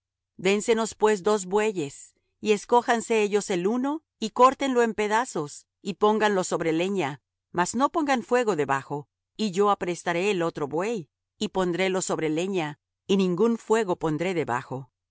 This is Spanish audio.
dénsenos pues dos bueyes y escójanse ellos el uno y córtenlo en pedazos y pónganlo sobre leña mas no pongan fuego debajo y yo aprestaré el otro buey y pondrélo sobre leña y ningún fuego pondré debajo